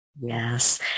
Yes